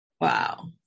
wow